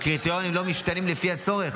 הקריטריונים לא משתנים לפי הצורך.